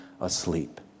asleep